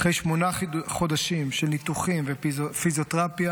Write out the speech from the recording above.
אחרי שמונה חודשים של ניתוחים ופיזיותרפיה